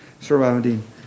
surrounding